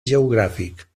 geogràfic